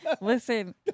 Listen